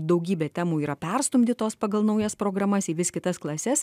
daugybė temų yra perstumdytos pagal naujas programas į vis kitas klases